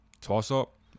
Toss-up